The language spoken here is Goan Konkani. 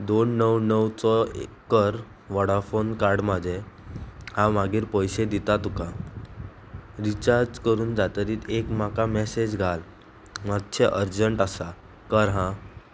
दोन णव णव चो कर वॉडाफोन कार्ड म्हाजें हांव मागीर पयशे दिता तुका रिचार्ज करून जात्रीत एक म्हाका मॅसेज घाल मातशें अर्जंट आसा कर हां